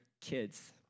kids